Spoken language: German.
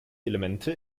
elemente